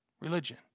Religion